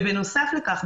בנוסף לכך,